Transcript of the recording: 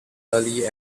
early